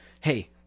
Hey